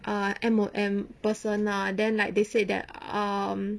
ah M_O_M person ah then like they said that um